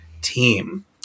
team